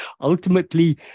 ultimately